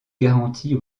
garantie